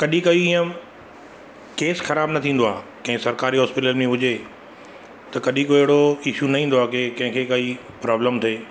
कॾहिं कई ईअं केस ख़राब न थींदो आहे कंहिं सरकारी हॉस्पिटल में हुजे त कॾहिं कोई अहिड़ो इशू न ईंदो आहे कि कंहिंखे काई प्रॉब्लम थिए